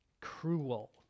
cruel